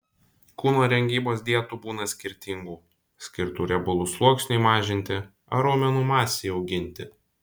kūno rengybos dietų būna skirtingų skirtų riebalų sluoksniui mažinti ar raumenų masei auginti